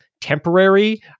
temporary